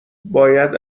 باید